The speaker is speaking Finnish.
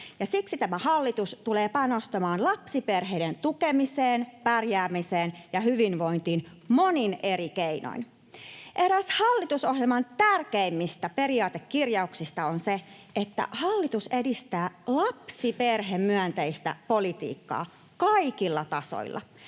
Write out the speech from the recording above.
tämä hallitus tulee panostamaan lapsiperheiden tukemiseen, pärjäämiseen ja hyvinvointiin monin eri keinoin. Eräs hallitusohjelman tärkeimmistä periaatekirjauksista on se, että hallitus edistää lapsiperhemyönteistä politiikkaa kaikilla tasoilla